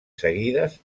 seguides